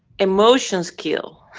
emotions kill,